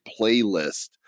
playlist